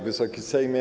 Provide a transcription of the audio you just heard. Wysoki Sejmie!